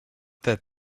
that